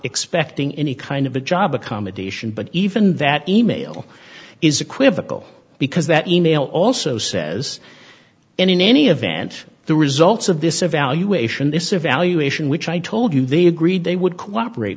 expecting any kind of a job accommodation but even that e mail is equivocal because that e mail also says and in any event the results of this evaluation this evaluation which i told you they agreed they would cooperate